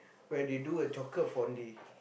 where they do a chocolate fondue